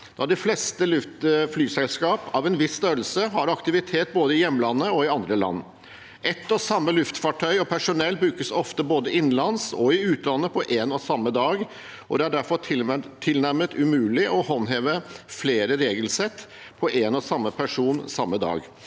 De fleste flyselskap av en viss størrelse har aktivitet både i hjemlandet og i andre land. Ett og samme luftfartøy og personell brukes ofte både innenlands og i utlandet på én og samme dag, og det er derfor tilnærmet umulig å håndheve flere regelsett for én og samme person samme dag.